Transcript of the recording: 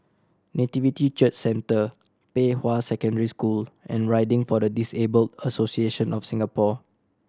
Nativity Church Centre Pei Hwa Secondary School and Riding for the Disabled Association of Singapore